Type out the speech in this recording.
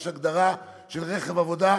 יש הגדרה של רכב עבודה,